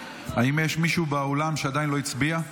האם יש מישהו באולם שעדיין לא הצביע?